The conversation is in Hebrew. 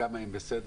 כמה שהם בסדר,